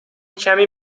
کمی